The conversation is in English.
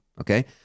Okay